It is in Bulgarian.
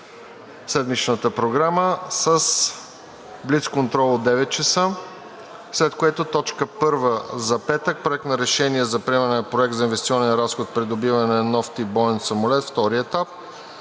седмичната Програма с блицконтрол от 9,00 ч., след което е точка първа за петък – Проект на решение за приемане на Проект за инвестиционен разход „Придобиване на нов тип боен самолет“ – втори етап;